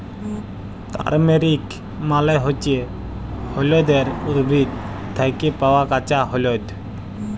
turmeric মালে হচ্যে হল্যদের উদ্ভিদ থ্যাকে পাওয়া কাঁচা হল্যদ